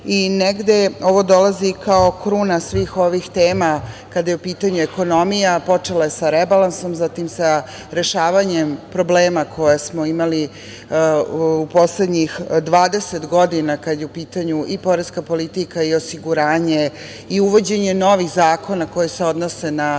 negde ovo dolazi kao kruna svih ovih tema kada je u pitanju ekonomija, počelo je sa rebalansom, zatim sa rešavanjem problema koje smo imali u poslednjih 20. godina kada je u pitanju poreska politika i osiguranje i uvođenje novih zakona koji se odnose na